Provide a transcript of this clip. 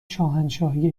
شاهنشاهی